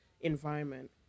environment